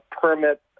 permit